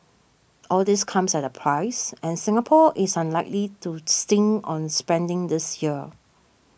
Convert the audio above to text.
all this comes at a price and Singapore is unlikely to stint on spending this year